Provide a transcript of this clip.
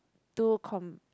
two comb